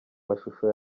mashusho